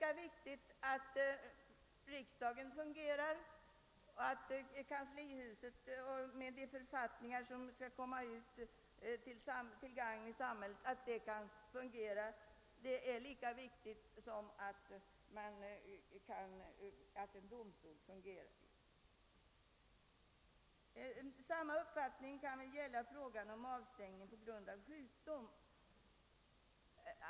Att riksdagen fungerar eller att Kungl. Maj:ts kansli, som skall ge ut författningar till gagn för samhället, fungerar är lika viktigt som att en domstol fungerar. Samma uppfattning gäller frågan om avstängning på grund av sjukdom.